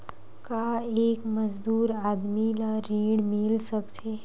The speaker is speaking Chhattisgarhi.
का एक मजदूर आदमी ल ऋण मिल सकथे?